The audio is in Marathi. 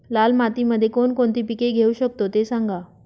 लाल मातीमध्ये कोणकोणती पिके घेऊ शकतो, ते सांगा